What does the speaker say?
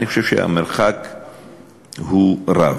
אני חושב שהמרחק רב.